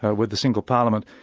ah with a single parliament,